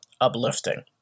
uplifting